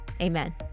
amen